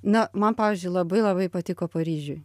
na man pavyzdžiui labai labai patiko paryžiuj